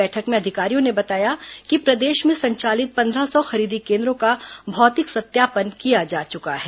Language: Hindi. बैठक में अधिकारियों ने बताया कि प्रदेश में संचालित पंद्रह सौ खरीदी केन्द्रों का भौतिक सत्यापन किया जा चुका है